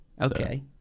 Okay